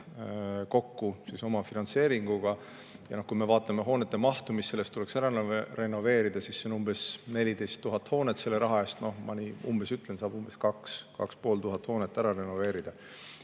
kokku omafinantseeringuga. Ja kui me vaatame hoonete mahtu, mis sellest tuleks ära renoveerida, siis see on umbes 14 000 hoonet. Selle raha eest, ma nii umbes ütlen, saab 2500 hoonet ära renoveerida.